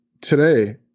today